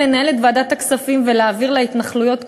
לנהל את ועדת הכספים ולהעביר להתנחלויות כספים.